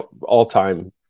all-time